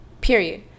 period